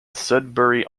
sudbury